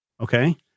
Okay